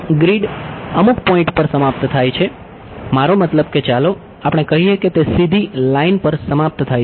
grid અમુક point પર સમાપ્ત થાય છે